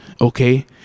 okay